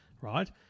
Right